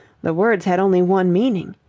the words had only one meaning.